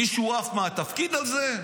מישהו עף מהתפקיד על זה?